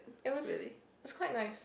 it was it was quite nice